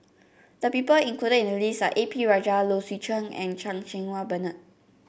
the people included in the list are A P Rajah Low Swee Chen and Chan Cheng Wah Bernard